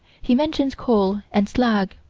he mentions coal and slag.